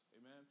Amen